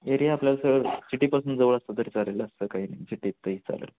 area आपल्या sir सिटीपासून जवळ असलं तरी चालेल असं काही नाही सिटीतही चालेल